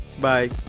Bye